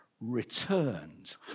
returned